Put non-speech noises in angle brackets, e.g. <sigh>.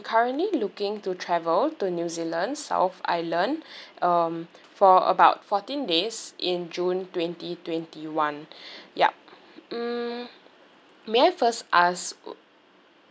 currently looking to travel to new zealand south island <breath> um for about fourteen days in june twenty twenty one <breath> yup mm may I first ask